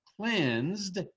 Cleansed